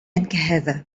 كهذا